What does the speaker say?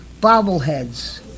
bobbleheads